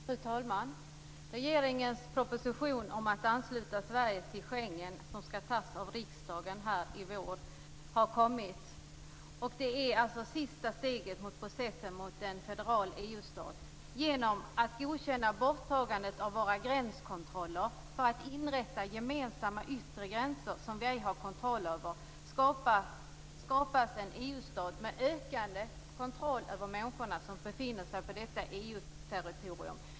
Fru talman! Regeringens proposition om att ansluta Sverige till Schengen som skall behandlas av riksdagen i vår har nu kommit. Det är alltså det sista steget i processen mot en federal EU-stat. Genom att godkänna borttagandet av våra gränskontroller för att inrätta gemensamma yttre gränser, som vi ej har kontroll över, skapas en EU-stat med ökad kontroll över människor som befinner sig på detta EU-territorium.